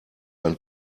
ein